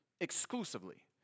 exclusively